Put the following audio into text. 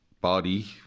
body